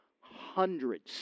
hundreds